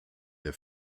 der